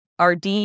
RD